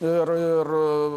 ir ir